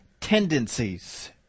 tendencies